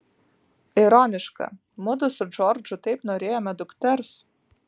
ironiška mudu su džordžu taip norėjome dukters